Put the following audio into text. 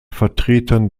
vertretern